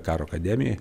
karo akademijoj